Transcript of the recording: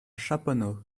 chaponost